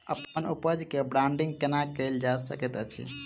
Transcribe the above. अप्पन उपज केँ ब्रांडिंग केना कैल जा सकैत अछि?